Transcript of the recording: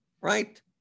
right